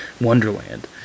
wonderland